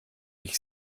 ich